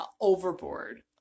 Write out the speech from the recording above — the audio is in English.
overboard